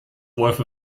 worth